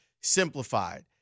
simplified